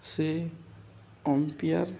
ସେ ଅମ୍ପେୟାର୍